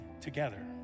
together